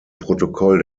protokoll